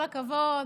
כל הכבוד.